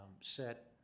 set